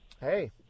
hey